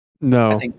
No